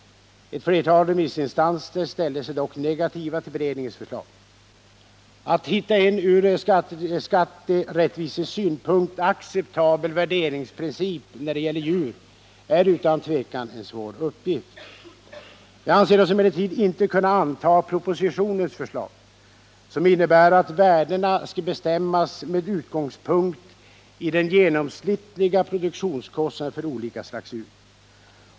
Ett flertal remissinstanser ställde sig dock negativa till beredningens förslag. Att hitta en från skatterättvisesynpunkt acceptabel värderingsprincip när det gäller djur är utan tvivel en svår uppgift. Vi anser oss emellertid inte kunna anta propositionens förslag, som innebär att värdena skall bestämmas med utgångspunkt i den genomsnittliga produktionskostnaden för olika slags djur.